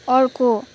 अर्को